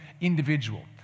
individual